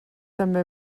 també